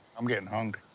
i'm getting hungry.